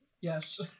Yes